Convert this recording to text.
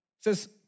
says